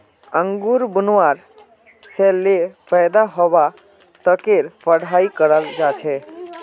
अंगूर बुनवा से ले पैदा हवा तकेर पढ़ाई कराल जा छे